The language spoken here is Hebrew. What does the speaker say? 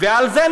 ועל זה,